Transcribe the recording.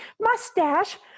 Mustache